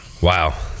Wow